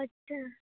अच्छा